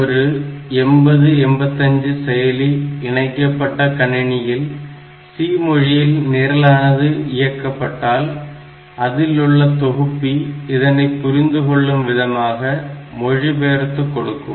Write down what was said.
ஒரு 8085 செயலி இணைக்கப்பட்ட கணினியில் C மொழியில் நிரலானது இயக்கப்பட்டால் அதில் உள்ள தொகுப்பி இதனை புரிந்து கொள்ளும் விதமாக மொழி பெயர்த்துக் கொடுக்கும்